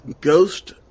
Ghost